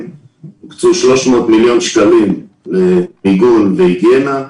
הוקצו 300 מיליון שקלים למיגון והיגיינה,